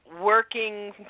working